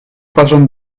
patrón